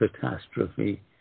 catastrophe